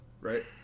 right